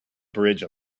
bridge